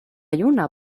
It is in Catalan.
lluna